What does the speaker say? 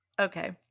okay